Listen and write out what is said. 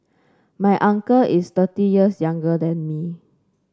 my uncle is thirty years younger than me